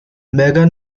mega